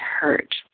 hurt